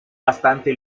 bastante